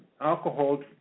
alcohol